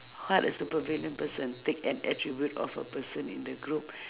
what a supervillain person take an attribute of a person in the group